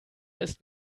ist